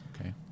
Okay